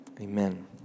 Amen